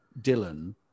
Dylan